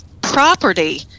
property